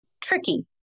tricky